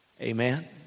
Amen